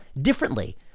differently